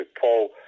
Paul